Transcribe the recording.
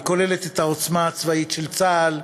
והיא כוללת את העוצמה הצבאית של צה"ל,